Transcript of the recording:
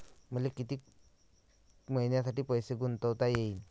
मले कितीक मईन्यासाठी पैसे गुंतवता येईन?